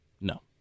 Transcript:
No